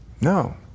no